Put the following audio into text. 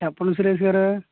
చెప్పండి సురేష్ గారు